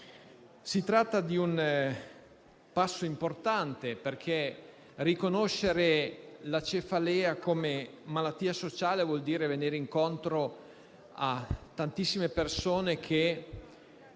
Si tratta di un passo importante perché riconoscere la cefalea come malattia sociale vuol dire venire incontro a tantissime persone che